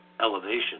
elevation